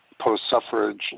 post-suffrage